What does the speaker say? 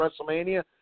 WrestleMania